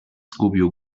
zgubił